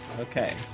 Okay